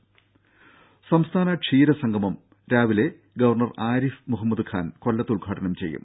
രുഭ സംസ്ഥാന ക്ഷീര സംഗമം ഇന്ന് രാവിലെ ഗവർണർ ആരിഫ് മുഹമ്മദ് ഖാൻ കൊല്ലത്ത് ഉദ്ഘാടനം ചെയ്യും